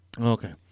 Okay